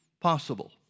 possible